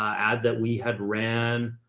ad that we had ran,